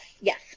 yes